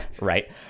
Right